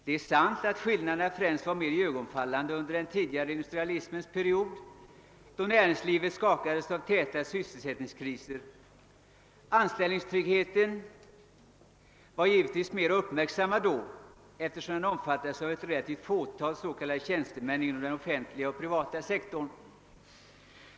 Det är sant att skillnaderna främst var mer iögonenfallande under den tidigare industrialismens period, då näringslivet skakades av täta sysselsättningskriser. Anställningstryggheten var givetvis mer uppmärksammad då, eftersom den åtnjöts av ett relativt fåtal s.k. tjänstemän inom den offentliga och privata sektorn.